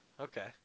Okay